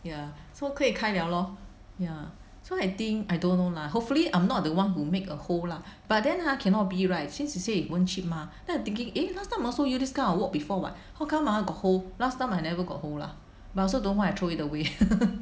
ya so 可以开了 lor ya so I think I don't know lah hopefully I'm not the one who make a hole lah but then ha cannot be right since you say it won't chip mah then I'm thinking eh last time also I got use this kind of wok before [what] how come ah got hole last time I never got hole ah but also don't know why I throw it away